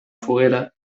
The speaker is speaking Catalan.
foguera